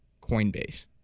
Coinbase